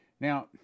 Now